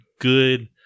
good